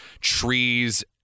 trees